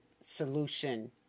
solution